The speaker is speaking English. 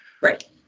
Right